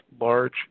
large